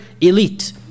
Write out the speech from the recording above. elite